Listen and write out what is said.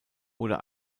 oder